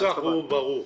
הנוסח הוא ברור.